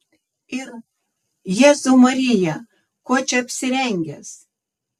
ir jėzau marija kuo čia apsirengęs